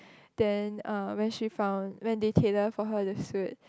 then uh when she found when they tailor for her the suit